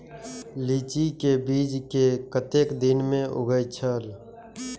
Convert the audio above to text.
लीची के बीज कै कतेक दिन में उगे छल?